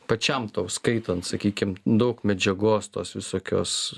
pačiam tau skaitant sakykim daug medžiagos tos visokios